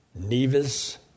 Nevis